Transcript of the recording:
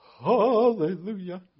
hallelujah